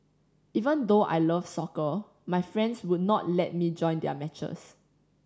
even though I love soccer my friends would not let me join their matches